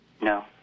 no